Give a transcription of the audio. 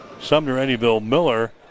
Sumner-Eddyville-Miller